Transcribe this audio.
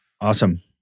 Awesome